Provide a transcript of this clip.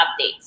updates